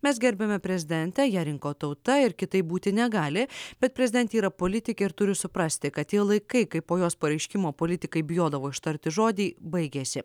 mes gerbiame prezidentę ją rinko tauta ir kitaip būti negali bet prezidentė yra politikė ir turi suprasti kad tie laikai kai po jos pareiškimo politikai bijodavo ištarti žodį baigėsi